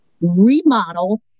remodel